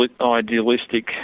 idealistic